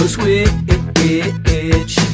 Switch